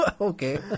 Okay